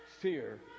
fear